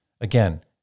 Again